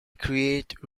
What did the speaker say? create